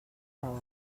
raó